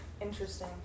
interesting